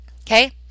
okay